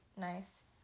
nice